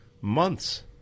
months